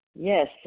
Yes